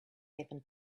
happened